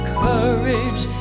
courage